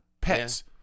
pets